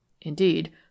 Indeed